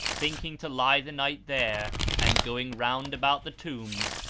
thinking to lie the night there and, going round about the tombs,